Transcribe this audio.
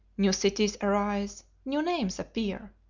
new cities arise new names appear.